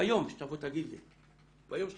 ביום שתבוא ותגיד לי, תראה,